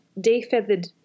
de-feathered